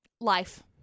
life